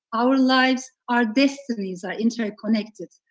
our lives, our destinies are interconnected.